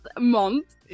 month